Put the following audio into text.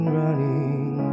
running